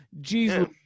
jesus